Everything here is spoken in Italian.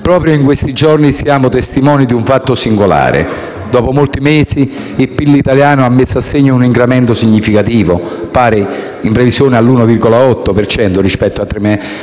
Proprio questi giorni siamo testimoni di un fatto singolare: dopo molti mesi il PIL italiano ha messo a segno un incremento significativo pari, in previsione, all'1,8 per cento